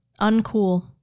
uncool